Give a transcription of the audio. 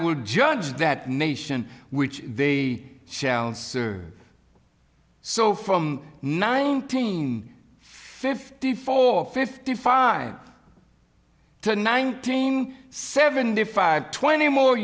would judge that nation which they shall answer so from nineteen fifty four fifty five to nineteen seventy five twenty more